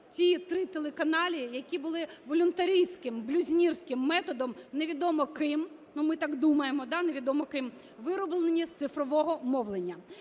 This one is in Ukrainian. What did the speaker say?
ці три телеканали, які були волюнтаристським, блюзнірським методом невідомо ким, ну, ми так думаємо, невідомо ким, вирублені з цифрового мовлення?